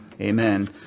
Amen